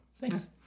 Thanks